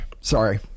sorry